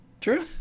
true